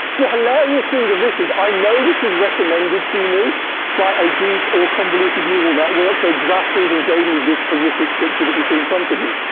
the hilarious thing of this is, i know this was recommended to me by a deep or convoluted neural network, so graphs even gave me this horrific picture that you see in front of you.